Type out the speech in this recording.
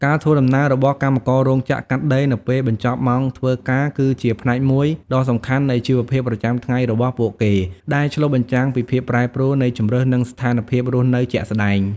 ការធ្វើដំណើររបស់កម្មកររោងចក្រកាត់ដេរនៅពេលបញ្ចប់ម៉ោងធ្វើការគឺជាផ្នែកមួយដ៏សំខាន់នៃជីវភាពប្រចាំថ្ងៃរបស់ពួកគេដែលឆ្លុះបញ្ចាំងពីភាពប្រែប្រួលនៃជម្រើសនិងស្ថានភាពរស់នៅជាក់ស្តែង។